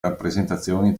rappresentazioni